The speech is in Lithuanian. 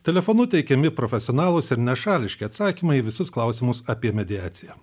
telefonu teikiami profesionalūs ir nešališki atsakymai į visus klausimus apie mediaciją